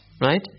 right